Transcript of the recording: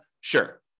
Sure